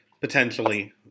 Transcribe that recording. potentially